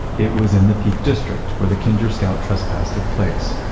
it was in the peak district where the kinder scout trespass took place.